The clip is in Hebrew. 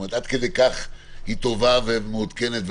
עד כדי כך היא טובה ומעודכנת,